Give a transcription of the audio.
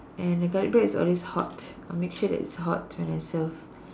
and the garlic bread is always hot I make sure that it is hot when I serve